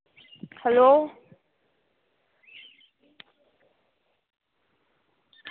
hello